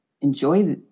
enjoy